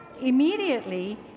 Immediately